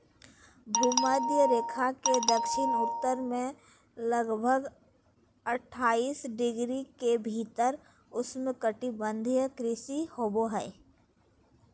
भूमध्य रेखा के दक्षिण उत्तर में लगभग अट्ठाईस डिग्री के भीतर उष्णकटिबंधीय कृषि होबो हइ